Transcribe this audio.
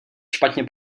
špatně